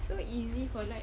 so easy for like